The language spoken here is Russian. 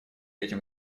этим